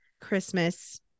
Christmas